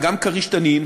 וגם "כריש-תנין",